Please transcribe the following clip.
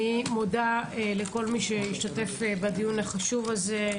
אני מודה לכל מי שהשתתף בדיון החשוב הזה,